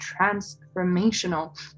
transformational